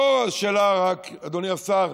אדוני השר,